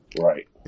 Right